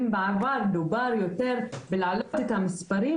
אם בעבר דובר יותר על להעלות את המספרים,